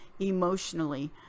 emotionally